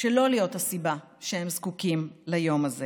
שלא להיות הסיבה שהם זקוקים ליום הזה.